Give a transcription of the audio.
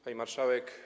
Pani Marszałek!